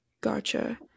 Gotcha